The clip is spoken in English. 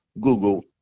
Google